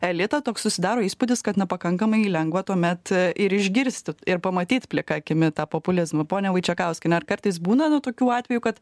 elitą toks susidaro įspūdis kad na pakankamai lengva tuomet ir išgirsti ir pamatyt plika akimi tą populizmą ponia vaičekauskiene ar kartais būna nu tokių atvejų kad